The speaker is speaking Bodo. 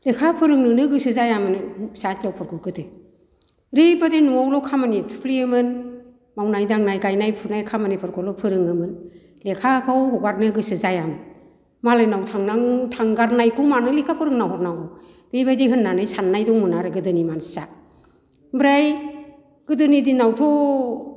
लेखा फोरोंनोनो गोसो जायामोन फिसा हिनजावफोरखौ गोदो ओरैबायदि न'आवल' खामानियाव थुफ्लेयोमोन मावनाय दांनाय गायनाय फुनाय खामानिफोरखौल' फोरोङोमोन लेखाखौ हगारनो गोसो जायामोन मालायनाव थांनांगौ थांगारनायखौ मानो लेखा फोरोंना हरनांगौ बेबायदि होननानै साननाय दंमोन आरो गोदोनि मानसिया ओमफ्राय गोदोनि दिनावथ'